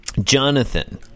Jonathan